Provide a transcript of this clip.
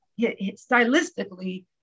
stylistically